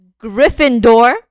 gryffindor